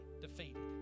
defeated